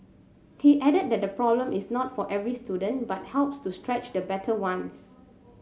he added that the problem is not for every student but helps to stretch the better ones